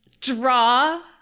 Draw